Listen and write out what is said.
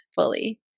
fully